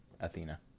Athena